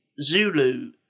Zulu